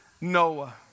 Noah